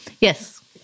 Yes